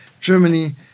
Germany